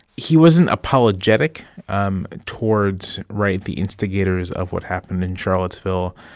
he wasn't apologetic um towards right? the instigators of what happened in charlottesville.